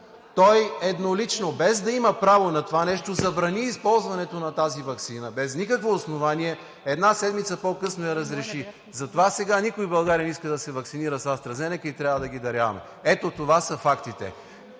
Той еднолично, без да има право на това нещо, забрани използването на тази ваксина без никакво основание – една седмица по-късно я разреши. Затова сега никой в България не иска да се ваксинира с AstraZeneca и трябва да ги даряваме. Ето това са фактите.